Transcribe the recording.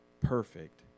perfect